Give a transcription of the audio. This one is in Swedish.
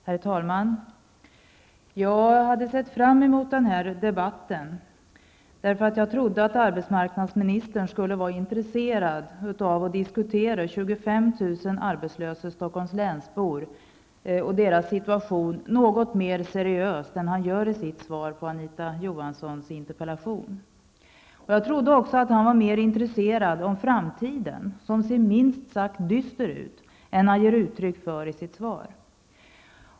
Herr talman! Jag hade sett fram emot denna debatt, därför att jag trodde att arbetsmarknadsministern skulle vara intresserad av att diskutera hur 25 000 arbetslösa i Stockholm bor något mer seriöst än vad han gör i sitt svar på Anita Johanssons interpellation. Jag trodde också att han var mer intresserad av framtiden, som ser minst sagt dyster ut, än han ger uttryck för i sitt svar.